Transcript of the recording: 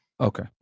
Okay